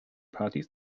parties